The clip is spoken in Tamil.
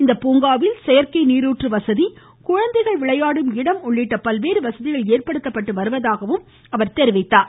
இந்த பூங்காவில் செயற்கை நீருற்று வசதி குழந்தைகள் விளையாடும் இடம் உள்ளிட்ட பல்வேறு வசதிகள் ஏற்படுத்தப்பட்டு வருவதாக தெரிவித்தார்